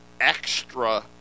extra